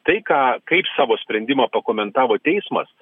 tai ką kaip savo sprendimą pakomentavo teismas